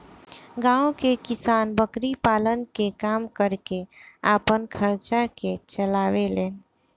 गांव के किसान बकरी पालन के काम करके आपन खर्चा के चलावे लेन